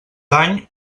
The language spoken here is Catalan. dany